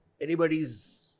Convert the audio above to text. anybody's